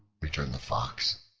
returned the fox,